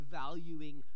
valuing